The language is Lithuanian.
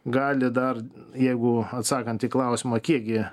gali dar jeigu atsakant į klausimą kiek gi